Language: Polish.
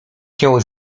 się